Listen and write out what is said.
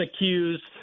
accused